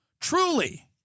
truly